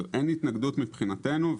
אין התנגדות מבחינתנו,